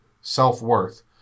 self-worth